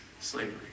slavery